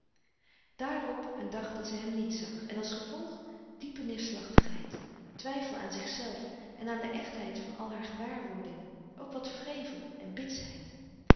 daarop een dag dat zij hem niet zag en als gevolg diepe neerslachtigheid twijfel aan zich zelf en aan de echtheid van al haar gewaarwordingen ook wat wrevel en